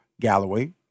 Galloway